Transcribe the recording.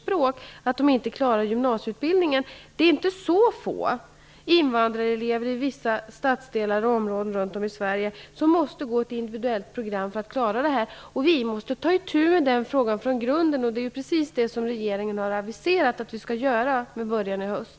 språket att de inte klarar en gymnasieutbildning. Det är inte så få invandrarelever i vissa statsdelar och områden runt om i Sverige som måste gå ett individuellt program för att klara det. Vi måste ta itu med den frågan från grunden. Det är precis det som regeringen har aviserat att den skall göra, med början i höst.